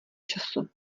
času